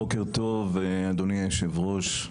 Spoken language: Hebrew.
בוקר טוב אדוני יושב הראש,